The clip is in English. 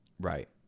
Right